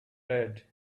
red